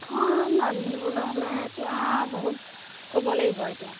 প্ৰথম ৰান্ধিবলৈ হ'লে এতিয়া বহুত ক'ব লাগিব আৰু এতিয়া